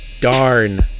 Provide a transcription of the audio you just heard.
Darn